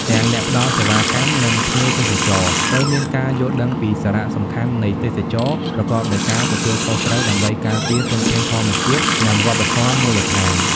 ទាំងអ្នកផ្ដល់សេវាកម្ម និងភ្ញៀវទេសចរត្រូវមានការយល់ដឹងពីសារៈសំខាន់នៃទេសចរណ៍ប្រកបដោយការទទួលខុសត្រូវដើម្បីការពារធនធានធម្មជាតិនិងវប្បធម៌មូលដ្ឋាន។